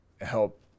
help